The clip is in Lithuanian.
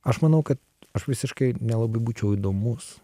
aš manau kad aš visiškai nelabai būčiau įdomus